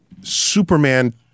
Superman